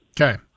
Okay